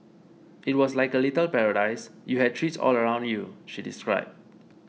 it was like a little paradise you had trees all around you she described